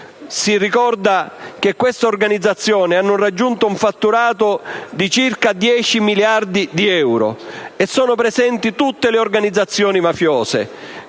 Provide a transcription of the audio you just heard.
ricordando che queste hanno raggiunto un fatturato di circa 10 miliardi di euro. Sono presenti tutte le organizzazioni mafiose